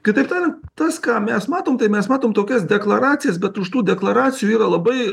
kitaip tarian tas ką mes matom tai mes matom tokias deklaracijas bet už tų deklaracijų yra labai